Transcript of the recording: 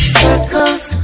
circles